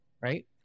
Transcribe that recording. right